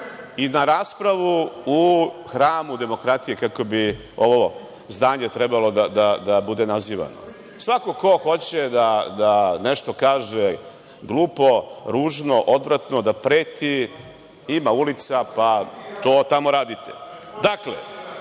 i na raspravu u hramu demokratije, kako bi ovo zdanje trebalo da bude nazivano. Svako ko hoće da nešto kaže glupo, ružno, odvratno, da preti, ima ulica, pa to tamo radite. Dakle,